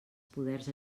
poders